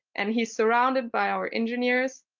and he's surrounded by our engineers,